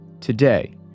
Today